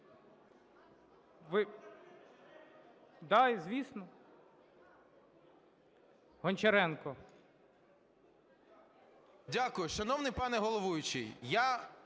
Дякую. Шановний пане головуючий, я